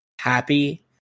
happy